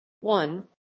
one